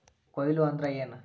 ಕೊಯ್ಲು ಅಂದ್ರ ಏನ್?